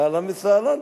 אהלן וסהלן,